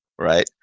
right